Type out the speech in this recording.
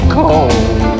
cold